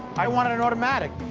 i wanted an automatic.